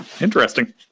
Interesting